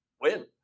win